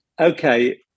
Okay